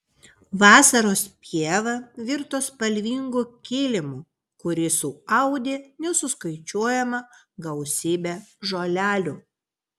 vasaros pieva virto spalvingu kilimu kurį suaudė nesuskaičiuojama gausybė žolelių